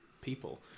people